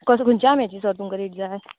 कसो खंयच्या आम्याची स तुमकां रेट जाय